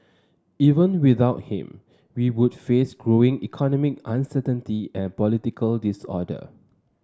even without him we would face growing economic uncertainty and political disorder